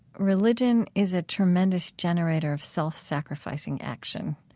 religion is a tremendous generator of self-sacrificing action.